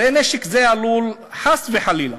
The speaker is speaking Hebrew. הרי נשק זה עלול חס וחלילה